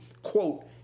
quote